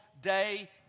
day